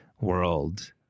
world